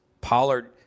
Pollard